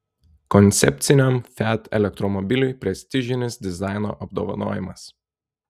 koncepciniam fiat elektromobiliui prestižinis dizaino apdovanojimas